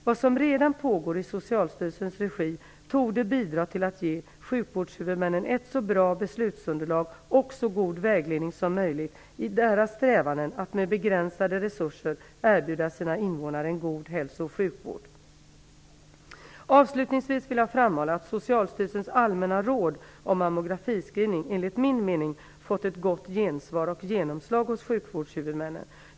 Vad som redan pågår i Socialstyrelsens regi torde bidra till att ge sjukvårdshuvudmännen ett så bra beslutsunderlag och så god vägledning som möjligt i deras strävanden att med begränsade resurser erbjuda sina invånare en god hälso och sjukvård. Avslutningsvis vill jag framhålla att Socialstyrelsens allmänna råd om mammografiscreening, enligt min mening, fått gott gensvar och genomslag hos sjukvårdshuvudmännen.